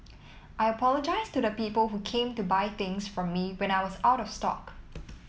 I apologise to the people who came to buy things from me when I was out of stock